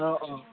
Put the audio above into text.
অঁ অঁ